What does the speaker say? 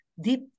deep